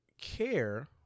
care